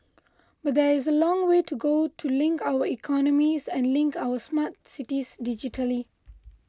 but there is a long way to go to link our economies and link up our smart cities digitally